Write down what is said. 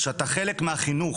שאתה חלק מהחינוך